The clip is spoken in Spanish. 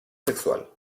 sexual